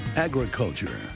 agriculture